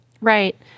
right